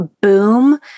boom